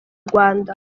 rwanda